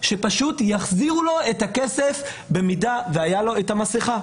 שיחזירו לו את הכסף אם הייתה לו מסכה.